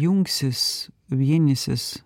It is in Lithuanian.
jungsis vienysis